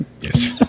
Yes